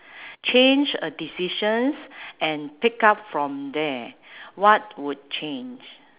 change a decisions and pick up from there what would change